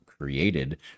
Created